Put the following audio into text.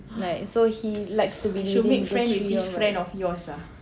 like so he likes to be within this three of us